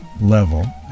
level